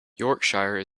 yorkshire